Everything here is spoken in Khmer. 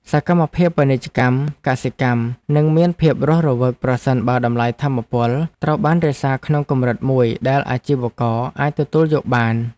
សកម្មភាពពាណិជ្ជកម្មកសិកម្មនឹងមានភាពរស់រវើកប្រសិនបើតម្លៃថាមពលត្រូវបានរក្សាក្នុងកម្រិតមួយដែលអាជីវករអាចទទួលយកបាន។